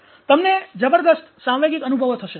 તમને જબરદસ્ત સાંવેગિક અનુભવો થશે